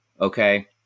Okay